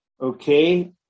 Okay